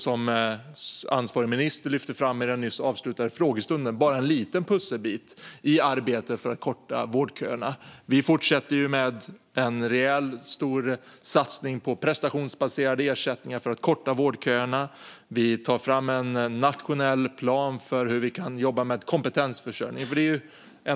Som ansvarig minister lyfte fram i den nyss avslutade frågestunden är detta bara en liten pusselbit i arbetet för att korta vårdköerna. Vi fortsätter med en rejält stor satsning på prestationsbaserade ersättningar för att korta vårdköerna, och vi tar fram en nationell plan för hur vi kan jobba med kompetensförsörjning.